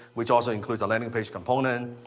which also includes a landing page component.